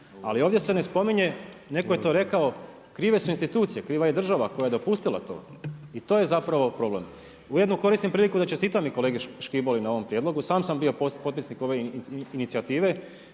Ali ovdje se ne spominje, netko je to rekao, krive su institucije, kriva je država koja je dopustila to. I to je zapravo problem. Ujedinio koristim priliku da čestitam i kolegi Škiboli na ovom prijedlogu, sam sam bio potpisnik ove inicijative.